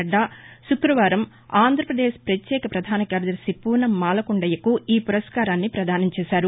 నడ్డా శుక్రవారం ఆంధ్రపదేశ్ పత్యేక పధానకార్యదర్శి పూనం మాలకొండయ్యకు ఈ పురస్కారాన్ని పదానం చేశారు